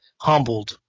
humbled